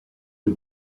les